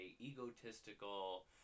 egotistical